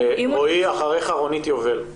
רועי כהן, בבקשה.